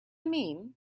mean